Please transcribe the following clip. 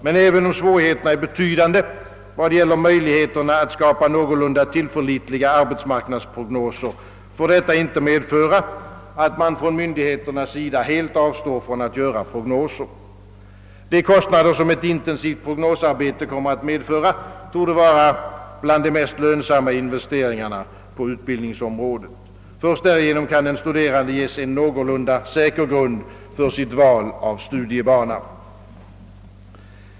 Men även om svårigheterna är betydande vad gäller möjligheterna att skapa någorlunda tillförlitliga arbetsmarknadsprognoser får detta inte medföra att man från myndigheternas sida helt avstår från att göra prognoser. De kostnader, som ett intensivt prognosarbete kommer att medföra, torde vara bland de mest lönsamma investeringarna på utbildningsområdet. Först därigenom kan åt den studerande ges en någorlunda säker grund för hans val av studiebana.